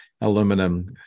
aluminum